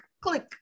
click